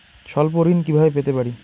স্বল্প ঋণ কিভাবে পেতে পারি?